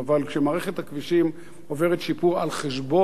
אבל כשמערכת הכבישים עוברת שיפור על חשבון